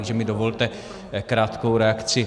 Takže mi dovolte krátkou reakci.